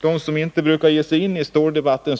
dem som inte så ofta brukar ge sig in i ståldebatten.